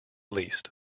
least